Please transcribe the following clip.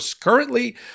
currently